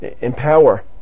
empower